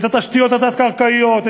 את התשתיות התת-קרקעיות,